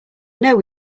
know